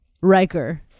Riker